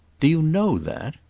do you know that?